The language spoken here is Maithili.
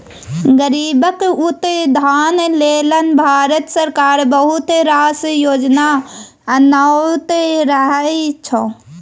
गरीबक उत्थान लेल भारत सरकार बहुत रास योजना आनैत रहय छै